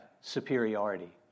superiority